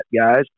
guys